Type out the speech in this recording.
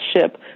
ship